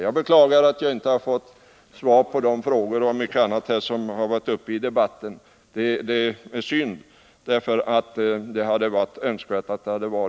Jag beklagar att jag inte har fått svar på många av de frågor som ställts i debatten. Det är synd, för det hade varit önskvärt att få svar,